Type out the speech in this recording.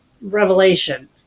revelation